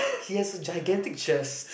he has a gigantic chest